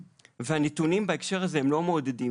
הנתונים בהקשר הזה הם לא מעודדים.